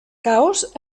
caos